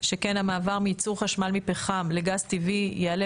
שכן המעבר מייצור חשמל מפחם לגז טבעי יעלה